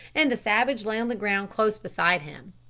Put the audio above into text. and the savage lay on the ground close beside him.